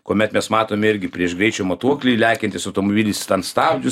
kuomet mes matome irgi prieš greičio matuoklį lekiantis automobilis ten stabdžius